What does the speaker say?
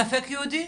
ספק יהודי,